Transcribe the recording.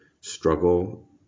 struggle